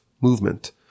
movement